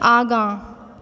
आगाँ